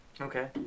Okay